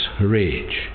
rage